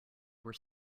were